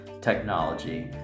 technology